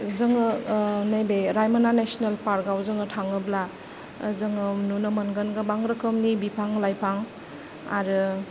जोङो नैबे रायमना नेसनेल पार्क आव जोङो थाङोब्ला जोङो नुनो मोनगोन गोबां रोखोमनि बिफां लाइफां आरो